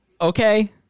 okay